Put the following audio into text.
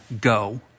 Go